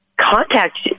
contact